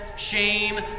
shame